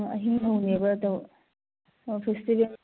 ꯑꯣ ꯑꯍꯤꯡ ꯍꯧꯋꯦꯕ ꯑꯗꯨ ꯑꯣꯐꯤꯁꯇꯤ